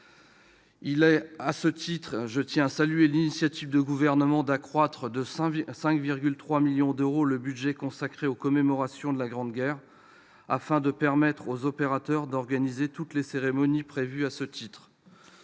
augmenté. À cet égard, je tiens à saluer l'initiative du Gouvernement d'accroître de 5,3 millions d'euros le budget consacré aux commémorations de la Grande Guerre, afin de permettre aux opérateurs d'organiser toutes les cérémonies prévues à ce titre.